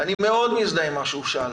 אני מאוד מזדהה עם מה שהוא שאל,